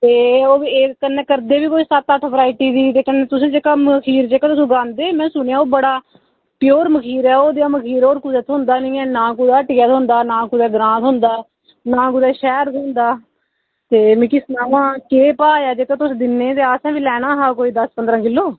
ते ओह् कन्नै करदे बी कोई सत्त अट्ठ वैरायटी दी ते कन्नै तुसें जेह्का तुसें जेह्का मखीर उगांदे में सुनेआ ओह् बड़ा प्योर मखीर ऐ ओह् जेहा ते कुदै थ्होंदा निं ऐ ना कुदै हट्टिया थ्होंदा ना कुदै ग्रांऽ थ्होंदा ना कुदै शैह्र थ्होंदा ते मिगी सनाओ आं केह् भाऽ ऐ जेह्का तुस दिन्ने आं असें बी लैना हा कोई दस्स पंदरां किल्लो